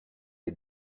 est